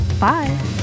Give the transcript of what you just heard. Bye